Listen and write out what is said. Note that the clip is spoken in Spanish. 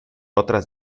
otras